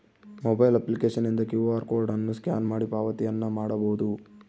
mobile ಅಪ್ಲಿಕೇಶನ್ನಿಂದ Q R code ಅನ್ನು scan ಮಾಡಿ ಪಾವತಿಯನ್ನ ಮಾಡಬೊದು